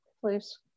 please